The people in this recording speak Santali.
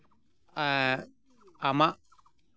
ᱟᱨ ᱟᱢᱟᱜ